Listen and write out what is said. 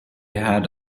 had